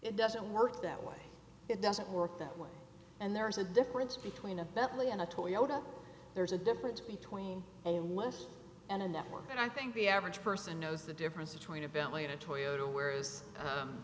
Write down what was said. it doesn't work that way it doesn't work that way and there's a difference between a bentley and a toyota there's a difference between zero and less and a network and i think the average person knows the difference between a bentley and a toyota whereas